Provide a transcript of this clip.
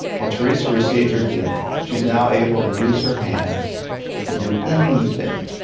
well, teresa received her healing. she's now able to use her hands to do anything,